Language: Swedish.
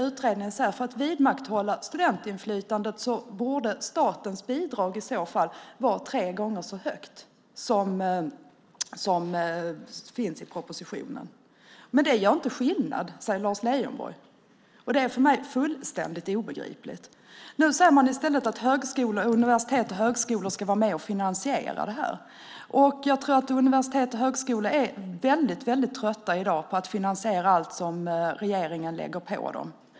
Utredningen säger att för att vidmakthålla studentinflytandet borde statens bidrag vara tre gånger så högt som det som föreslås i propositionen. Men det gör ingen skillnad, säger Lars Leijonborg. Det är för mig fullständigt obegripligt. Man säger i stället att universitet och högskolor ska vara med och finansiera detta. Universitet och högskolor är i dag väldigt trötta på att finansiera allt som regeringen lägger på dem.